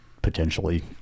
potentially